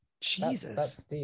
Jesus